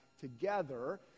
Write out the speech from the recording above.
together